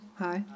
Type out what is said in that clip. hi